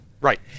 Right